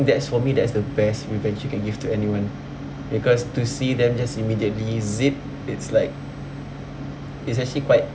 that's for me that's the best revenge you can give to anyone because to see them just immediately zip it's like it's actually quite